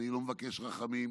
אני לא מבקש רחמים,